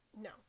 No